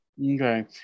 Okay